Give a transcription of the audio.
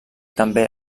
també